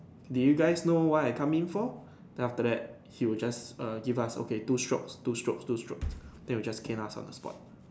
did you guys know why I come in for then after that he will just err give us okay two strokes two strokes two strokes then he will just cane us on the spot